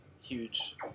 huge